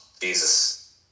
Jesus